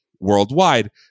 worldwide